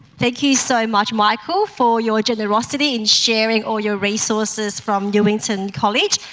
thank you so much michael for your generosity in sharing all your resources from newington college.